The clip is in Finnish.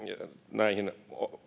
näihin